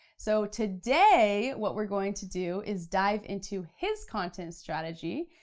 so today, what we're going to do, is dive into his content strategy,